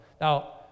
Now